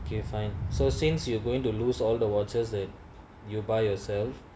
okay fine so since you are going to lose all the watches that you buy yourself